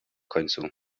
końcu